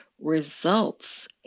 results